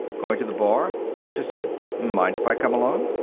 going to the bar? thacher said. mind if i come along?